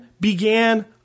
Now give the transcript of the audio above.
began